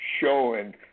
showing